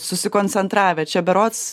susikoncentravę čia berods